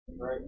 Right